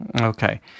Okay